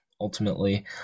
ultimately